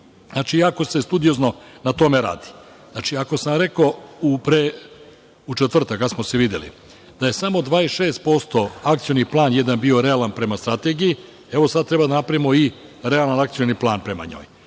Jako se studiozno na tome radi. Znači, ako sam rekao u četvrtak, kada smo se videli, da je samo 26% jedan akcioni plan bio realan prema strategiji, sada treba da napravimo i realan akcioni plan prema njoj.